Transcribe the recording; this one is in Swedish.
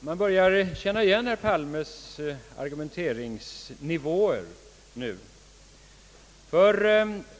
Man börjar känna igen herr Palmes argumenteringsnivåer.